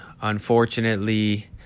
unfortunately